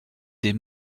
des